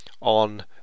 on